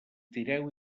tireu